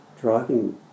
Driving